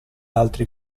altri